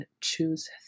choose